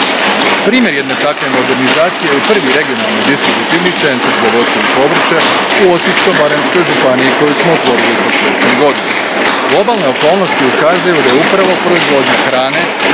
Primjer jedne takve modernizacije je i prvi Regionalni distributivni centar za voće i povrće u Osječko-baranjskoj županiji koji smo otvorili početkom godine. Globalne okolnosti ukazuju da je upravo proizvodnja hrane